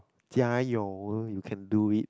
加油 you can do it